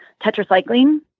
tetracycline